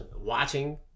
watching